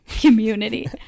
Community